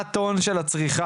הארבעה טון של הצריכה,